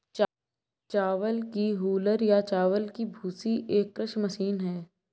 चावल की हूलर या चावल की भूसी एक कृषि मशीन है